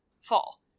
fall